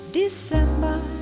December